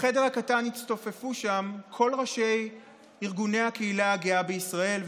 בחדר הקטן הצטופפו כל ראשי ארגוני הקהילה הגאה בישראל,